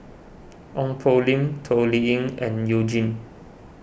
Ong Poh Lim Toh Liying and You Jin